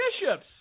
bishops